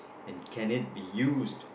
and can it be used